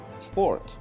sport